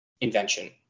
invention